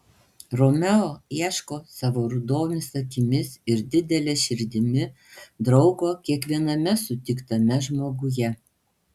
romeo ieško savo rudomis akimis ir didele širdimi draugo kiekviename sutiktame žmoguje